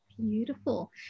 Beautiful